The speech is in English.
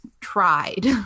tried